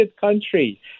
country